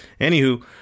anywho